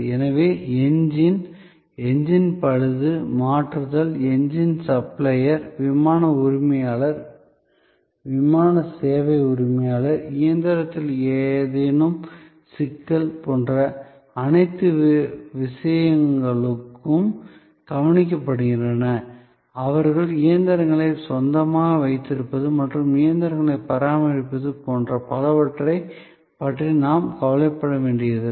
எனவே engine engine பழுது மாற்றுதல் எஞ்சின் சப்ளையர் விமான உரிமையாளர் விமான சேவை உரிமையாளர் இயந்திரத்தில் ஏதேனும் சிக்கல் போன்ற அனைத்து விஷயங்களும் கவனிக்கப்படுகின்றன அவர்கள் இயந்திரங்களை சொந்தமாக வைத்திருப்பது மற்றும் இயந்திரங்களைப் பராமரிப்பது போன்ற பலவற்றைப் பற்றி அவர்கள் கவலைப்பட வேண்டியதில்லை